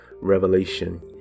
revelation